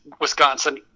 Wisconsin